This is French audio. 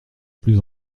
plus